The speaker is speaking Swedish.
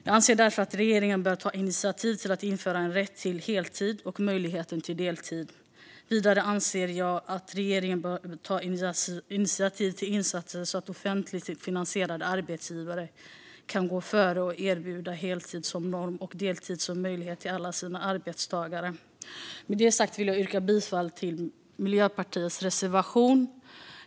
Jag anser därför att regeringen bör ta initiativ till att införa en rätt till heltid och möjlighet till deltid. Vidare anser jag att regeringen bör ta initiativ till insatser så att offentligfinansierade arbetsgivare kan gå före och erbjuda heltid som norm och deltid som möjlighet till alla sina arbetstagare. Med detta sagt yrkar jag bifall till Miljöpartiets reservation.